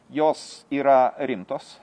jos yra rimtos